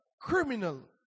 criminal